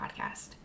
podcast